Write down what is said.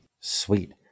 Sweet